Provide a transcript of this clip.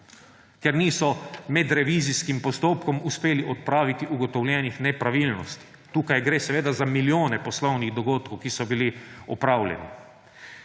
ker niso med revizijskim postopkom uspeli odpraviti ugotovljenih nepravilnosti. Tukaj gre za milijone poslovnih dogodkov, ki so bili opravljeni.